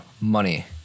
money